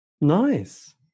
nice